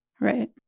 Right